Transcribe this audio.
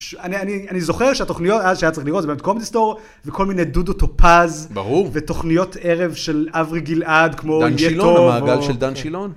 אני זוכר שהתוכניות שהיה צריך לראות, זה באמת קומדי-סטור, וכל מיני דודו טופז, ברור. ותוכניות ערב של אברי גלעד, כמו... דן שילון, המעגל של דן שילון.